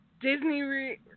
Disney